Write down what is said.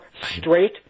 straight